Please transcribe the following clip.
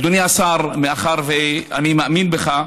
אדוני השר, מאחר שאני מאמין בך,